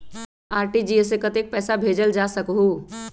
RTGS से कतेक पैसा भेजल जा सकहु???